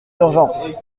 d’urgence